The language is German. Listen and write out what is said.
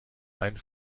einen